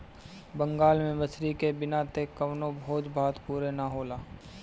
बंगाल में मछरी के बिना त कवनो भोज भात पुरे ना होला